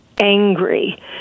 angry